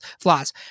flaws